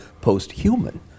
post-human